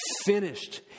finished